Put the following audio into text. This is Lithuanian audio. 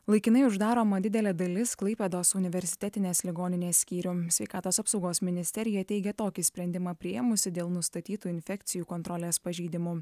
laikinai uždaroma didelė dalis klaipėdos universitetinės ligoninės skyrių sveikatos apsaugos ministerija teigė tokį sprendimą priėmusi dėl nustatytų infekcijų kontrolės pažeidimų